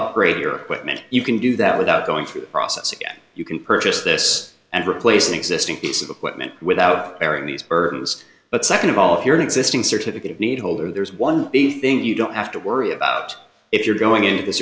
upgrade your quit meant you can do that without going through the process again you can purchase this and replace an existing piece of equipment without bearing these burdens but second of all here an existing certificate of need holder there's one thing you don't have to worry about if you're going to th